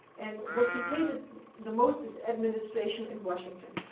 and what he hated the most is administration in washington.